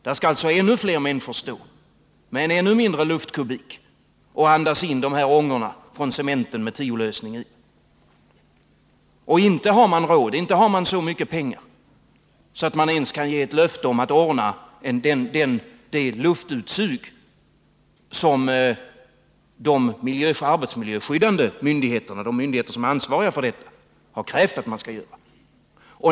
Där skall nu ännu fler människor stå med en ännu mindre luftkubik och andas in ångorna från cementen med tiolösning i. Inte har man så mycket pengar att man ens kan ge löfte om att ordna det luftutsug som de arbetsmiljöansvariga myndigheterna har krävt!